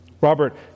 Robert